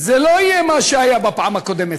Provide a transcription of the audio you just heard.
זה לא יהיה מה שהיה בפעם הקודמת,